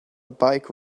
bike